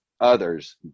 others